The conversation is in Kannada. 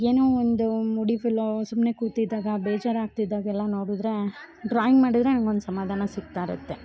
ಏನೋ ಒಂದು ಮೂಡಿ ಫೆಲೋ ಸುಮ್ಮನೆ ಕೂತಿದ್ದಾಗ ಬೇಜಾರ್ ಆಗ್ತಿದ್ದಾಗೆಲ್ಲಾ ನೋಡಿದ್ರೇ ಡ್ರಾಯಿಂಗ್ ಮಾಡಿದರೆ ನಂಗೆ ಒಂದು ಸಮಾಧಾನ ಸಿಗ್ತಾ ಇರುತ್ತೆ